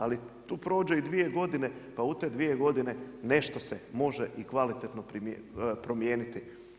Ali tu prođe i dvije godine, pa u te dvije godine nešto se može i kvalitetno promijeniti.